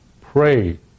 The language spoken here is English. pray